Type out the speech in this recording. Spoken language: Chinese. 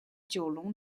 九龙